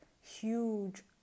huge